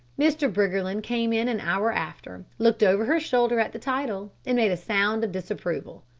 mr. briggerland came in an hour after, looked over her shoulder at the title, and made a sound of disapproval.